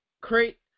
create